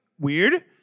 weird